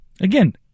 Again